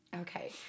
Okay